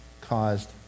caused